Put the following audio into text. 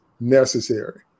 necessary